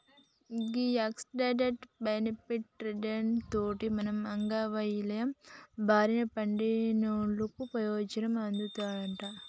గీ accident, benefit rider తోటి మనం అంగవైవల్యం బారిన పడినోళ్ళకు పెయోజనం అందుతదంట